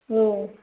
औ